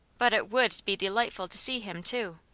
but it would be delightful to see him, too.